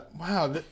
wow